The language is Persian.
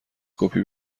کپی